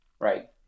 right